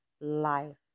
life